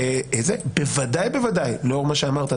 ובוודאי לאור מה שאמרת,